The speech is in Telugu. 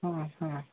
ఆహా